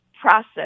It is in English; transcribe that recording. process